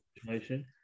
situation